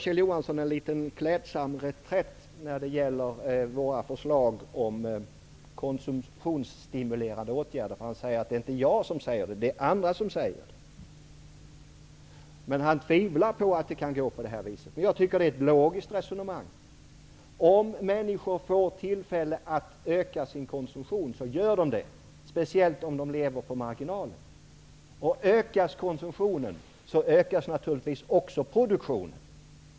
Kjell Johansson gör en liten, klädsam reträtt när det gäller våra förslag om konsumtionsstimulerande åtgärder. Han påstår att det inte är han som säger det, utan andra. Han tvivlar på att det kan gå så, men jag tycker att det är ett logiskt resonemang. Om människor får tillfälle att öka sin konsumtion gör de det -- speciellt om de lever på marginalen. Ökas konsumtionen, ökas naturligtvis också produktionen.